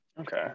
Okay